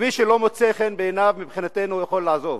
ומי שלא מוצא חן בעיניו, מבחינתנו הוא יכול לעזוב,